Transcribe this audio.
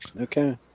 okay